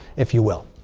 if you will,